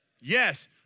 Yes